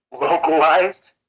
localized